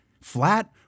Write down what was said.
Flat